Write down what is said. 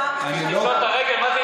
למה?